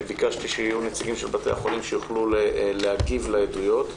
ביקשתי שיהיו נציגים של בתי החולים שיוכלו להגיב לעדויות.